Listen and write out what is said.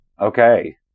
Okay